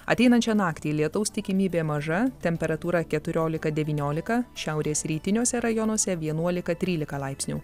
ateinančią naktį lietaus tikimybė maža temperatūra keturiolika devyniolika šiaurės rytiniuose rajonuose vienuolika trylika laipsnių